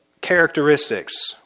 characteristics